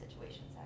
situations